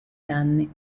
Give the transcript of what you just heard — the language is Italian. danni